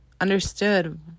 understood